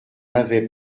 avait